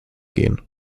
gehen